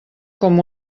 com